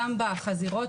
גם בחזירות,